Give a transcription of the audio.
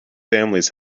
families